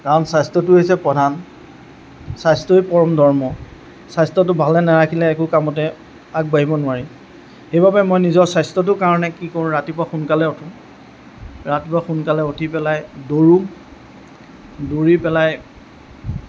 কাৰণ স্বাস্থ্যটো হৈছে প্ৰধান স্বাস্থ্যই পৰম ধৰ্ম স্বাস্থ্যটো ভালে নাৰাখিলে একো কামতে আগবাঢ়িব নোৱাৰি সেইবাবে মই নিজৰ স্বাস্থ্যটোৰ কাৰণে কি কৰোঁ ৰাতিপুৱা সোনকালে উঠোঁ ৰাতিপুৱা সোনকালে উঠি পেলাই দৌৰোঁ দৌৰি পেলাই